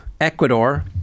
Ecuador